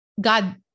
God